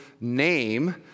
name